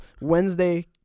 Wednesday